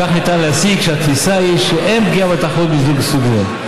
מכך ניתן להסיק שהתפיסה היא שאין פגיעה בתחרות ממיזוג מסוג זה.